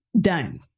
done